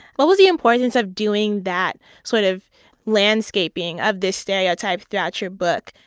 what was the importance of doing that sort of landscaping of this stereotype throughout your book?